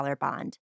bond